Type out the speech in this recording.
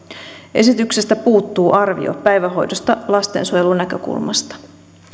esityksestä puuttuu arvio päivähoidosta lastensuojelun näkökulmasta